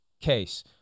case